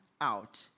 out